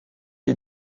est